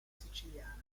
siciliana